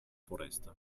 foresta